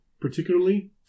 particularly